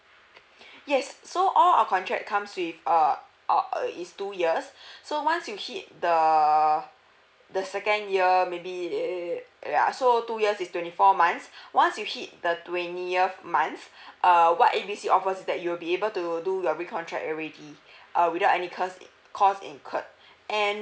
yes so all our contract comes with err err err is two years so once you hit the the second year maybe they ya so two years is twenty four months once you hit the twentieth months uh what A B C offers is that you will be able to do the recontract already uh without any cost incurred and